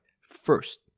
First